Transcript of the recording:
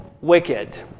wicked